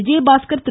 Vijayabaskar Thiru